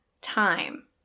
time